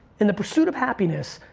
in the pursuit of happiness,